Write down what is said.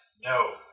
No